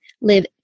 live